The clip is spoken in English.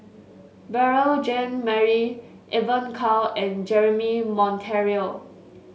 Beurel Jean Marie Evon Kow and Jeremy Monteiro